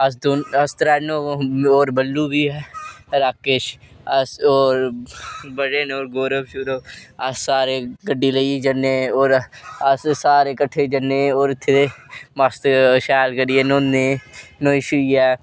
अस दोनों त्रैनो और बल्लू बी ऐ राकेश अस और बड़े न और गौरभ सौरभ अस सारे गड्डी लेइयै जन्ने ओर अस सारे इक्टठे जन्ने और इत्थै दे मस्त शैल करियै न्होने न्होई श्होई ऐ